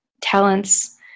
talents